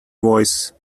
voice